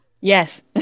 Yes